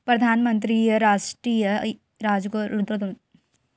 परधानमंतरी रास्टीय रोजगार योजना म बूता करइया ल रोज के हिसाब ले बनी घलोक दे जावथे